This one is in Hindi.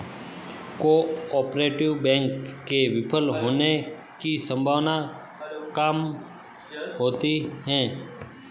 कोआपरेटिव बैंक के विफल होने की सम्भावना काम होती है